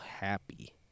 happy